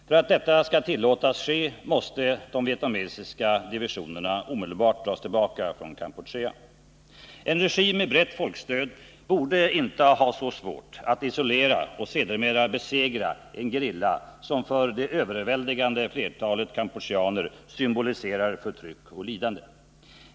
För att detta skall tillåtas ske måste de vietnamesiska divisionerna omedelbart dras tillbaka från Kampuchea. En regim med brett folkstöd borde inte ha svårt att isolera och sedermera besegra en gerilla som för det överväldigande flertalet kampucheaner symboliserar förtryck och lidande.